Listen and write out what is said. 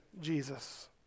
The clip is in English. Jesus